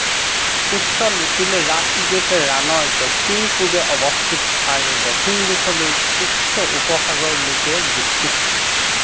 কুচ্চৰ little Rann great ৰানৰ দক্ষিণ পূৱে অৱস্থিত আৰু দক্ষিণ দিশলৈ কুচ্চ উপসাগৰলৈকে বিস্তৃত